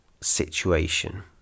situation